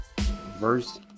verse